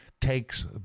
takes